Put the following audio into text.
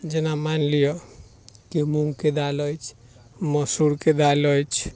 जेना मानि लिअऽ कि मूँगके दालि अछि मसूरके दालि अछि